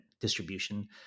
distribution